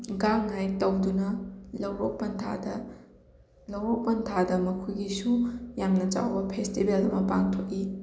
ꯒꯥꯡꯉꯥꯏ ꯇꯧꯗꯨꯨꯅ ꯂꯧꯔꯣꯛ ꯄꯟꯊꯥꯗ ꯂꯧꯔꯣꯛ ꯄꯟꯊꯥꯗ ꯃꯈꯣꯏꯒꯤꯁꯨ ꯌꯥꯝꯅ ꯆꯥꯎꯕ ꯐꯦꯁꯇꯤꯕꯦꯜ ꯑꯃ ꯄꯥꯡꯊꯣꯛꯏ